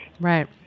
Right